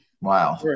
Wow